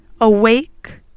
awake